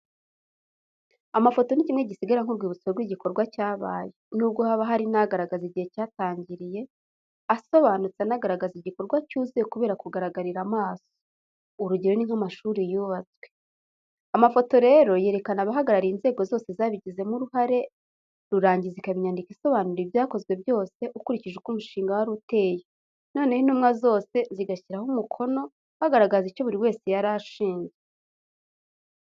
Amafoto ni kimwe gisigara nk'urwibutso rw'igikorwa cyabaye. Nubwo haba hari n'agaragaza igihe cyatangiriye, asobanutse n'agaragaza igikorwa cyuzuye kubera kugaragarira amaso. urugero ni nk'amashuri yubatswe. Amafoto rero yerekana abahagarariye inzego zose zabigizemo uruhare, rurangiza ikaba inyandiko isobanura ibyakozwe byose ukurikije uko umushinga wari uteye, noneho intumwa zose zigashyiraho umukono, bagaragaza icyo buri wese yarashinzwe.